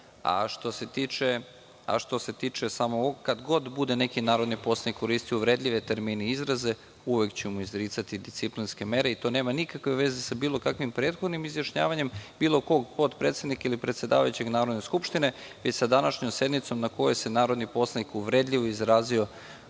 ja. Što se tiče samo ovog, kad god bude neki narodni poslanik koristio uvredljive termine i izraze, uvek ću mu izricati disciplinske mere i to nema nikakve veze sa bilo kakvim prethodnim izjašnjavanjem bilo kog potpredsednika ili predsedavajućeg Narodne skupštine, već sa današnjom sednicom na kojoj se narodni poslanik uvredljivo izrazio